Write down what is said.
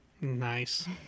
Nice